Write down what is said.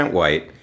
white